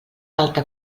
alta